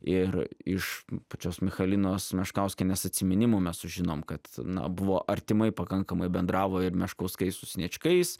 ir iš pačios michalinos meškauskienės atsiminimų mes sužinom kad na buvo artimai pakankamai bendravo ir meškauskai su sniečkais